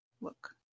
look